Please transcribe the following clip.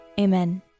Amen